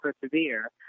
persevere